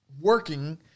working